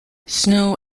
snow